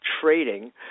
trading